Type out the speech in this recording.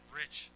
rich